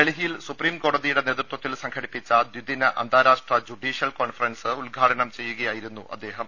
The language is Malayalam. ഡൽഹിയിൽ സുപ്രീം കോടതിയുടെ നേതൃത്വത്തിൽ സംഘടിപ്പിച്ച ദ്വിദിന അന്താരാഷ്ട്ര ജുഡീഷ്യൽ കോൺഫറൻസ് ഉദ്ഘാടനം ചെയ്യുകയായിരുന്നു അദ്ദേഹം